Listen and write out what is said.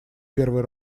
первые